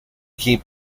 keep